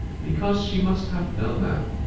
because she must have no man,